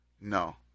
No